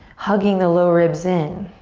hugging the low ribs in.